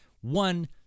one